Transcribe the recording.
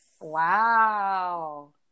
Wow